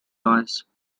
noise